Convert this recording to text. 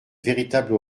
véritable